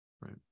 right